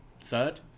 third